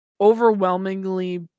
overwhelmingly